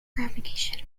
propagation